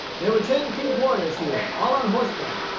there were ten creek warriors here, all on horseback,